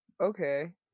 okay